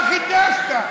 מה חידשת?